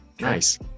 Nice